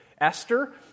Esther